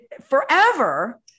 forever